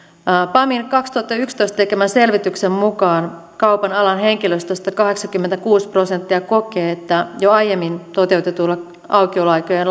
pamin kaksituhattayksitoista tekemän selvityksen mukaan kaupan alan henkilöstöstä kahdeksankymmentäkuusi prosenttia kokee että jo aiemmin toteutetuilla aukioloaikojen